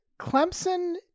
Clemson